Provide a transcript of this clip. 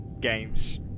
games